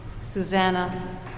Susanna